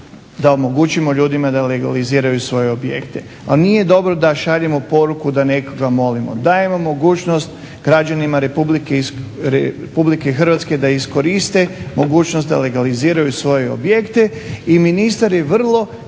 da omogućimo ljudima da legaliziraju svoje objekte. Ali nije dobro da šaljemo poruku da nekoga molimo. Dajemo mogućnost građanima RH da iskoriste mogućnost da legaliziraju svoje objekte i ministar je vrlo